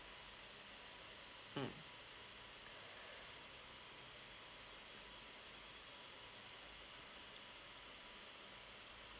mm